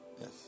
Yes